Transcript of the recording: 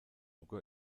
ubwo